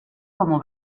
como